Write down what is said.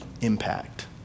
impact